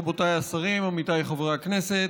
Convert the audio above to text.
רבותיי השרים, עמיתיי חברי הכנסת,